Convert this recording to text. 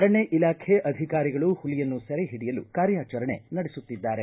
ಅರಣ್ಯ ಇಲಾಖೆ ಅಧಿಕಾರಿಗಳು ಹುಲಿಯನ್ನು ಸೆರೆ ಹಿಡಿಯಲು ಕಾರ್ಯಾಚರಣೆ ನಡೆಸುತ್ತಿದ್ದಾರೆ